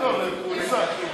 נגד?